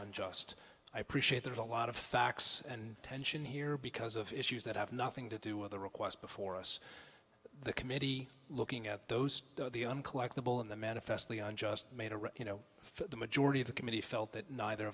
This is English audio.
unjust i appreciate that a lot of facts and tension here because of issues that have nothing to do with the request before us the committee looking at those uncollectable in the manifestly unjust made you know the majority of the committee felt that neither